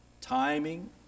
timing